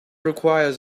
requires